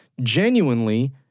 genuinely